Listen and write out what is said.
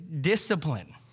discipline